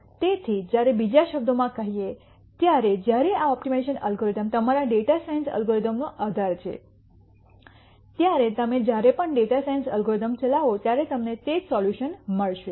તેથી જ્યારે બીજા શબ્દોમાં કહીએ ત્યારે જ્યારે આ ઓપ્ટિમાઇઝેશન એલ્ગોરિધમ તમારા ડેટા સાયન્સ અલ્ગોરિધમનો આધાર છે ત્યારે તમે જ્યારે પણ ડેટા સાયન્સ અલ્ગોરિધમ ચલાવો ત્યારે તમને તે જ સોલ્યુશન મળશે